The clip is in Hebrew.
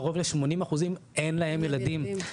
קרוב לכ-80% אין להם ילדים.